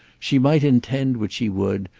she might intend what she would,